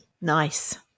Nice